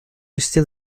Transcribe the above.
still